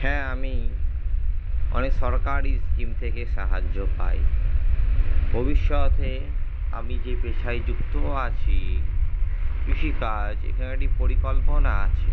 হ্যাঁ আমি অনেক সরকারি স্কিম থেকে সাহায্য পাই ভবিষ্যথে আমি যে পেশায় যুক্ত আছি কিষিকাজ এখানে একটি পরিকল্পনা আছে